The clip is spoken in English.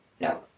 No